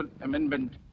amendment